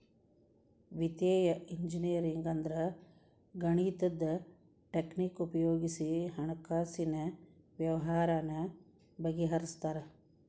ವಿತ್ತೇಯ ಇಂಜಿನಿಯರಿಂಗ್ ಅಂದ್ರ ಗಣಿತದ್ ಟಕ್ನಿಕ್ ಉಪಯೊಗಿಸಿ ಹಣ್ಕಾಸಿನ್ ವ್ಯವ್ಹಾರಾನ ಬಗಿಹರ್ಸ್ತಾರ